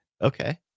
Okay